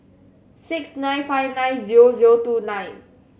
six nine five nine zero zero two nine